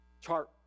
chart